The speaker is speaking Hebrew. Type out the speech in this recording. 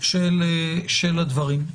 של הדברים.